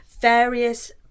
various